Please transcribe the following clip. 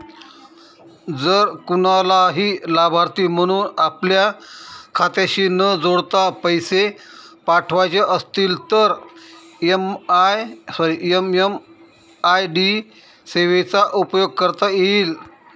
जर कुणालाही लाभार्थी म्हणून आपल्या खात्याशी न जोडता पैसे पाठवायचे असतील तर एम.एम.आय.डी सेवेचा उपयोग करता येईल